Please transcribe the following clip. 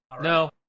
No